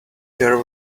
there